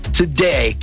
today